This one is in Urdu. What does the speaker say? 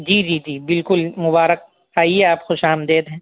جی جی جی بالکل مبارک آئیے آپ خوش آمدید ہیں